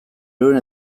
ehun